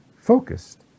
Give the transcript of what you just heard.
focused